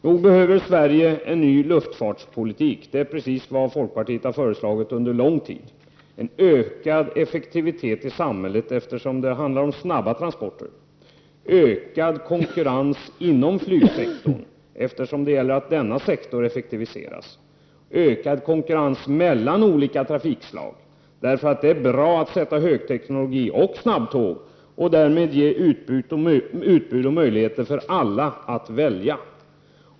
Visst behöver Sverige en ny luftfartspolitik, och det är precis vad folkpartiet under en lång tid har föreslagit. Det skulle leda till en ökad effektivitet i samhället, eftersom det handlar om snabba transporter. Det behövs en ökad konkurrens inom flygsektorn för att den skall effektiviseras. Det behövs en ökad konkurrens mellan olika trafikslag. Det är bra att man använder högteknologi och snabbtåg för att skapa ett utbud och en möjlighet för alla att välja.